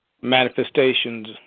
manifestations